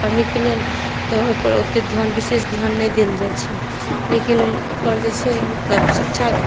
पढ़यके लेल तऽ ओहिपर ओतेक ध्यान विशेष ध्यान नहि देल जाइत छै लेकिन ओकर जे छै मतलब शिक्षाक